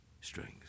strings